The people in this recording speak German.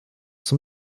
zum